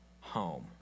home